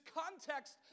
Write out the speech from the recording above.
context